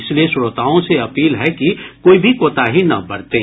इसलिए श्रोताओं से अपील है कि कोई भी कोताही न बरतें